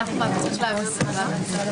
ננעלה בשעה 15:49.